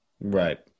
right